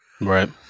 right